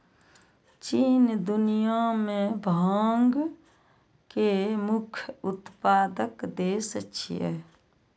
चीन दुनिया मे भांग के मुख्य उत्पादक देश छियै